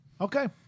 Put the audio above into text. Okay